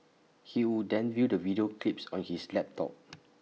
he would then view the video clips on his laptop